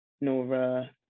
Nora